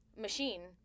Machine